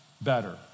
better